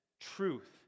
truth